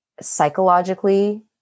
psychologically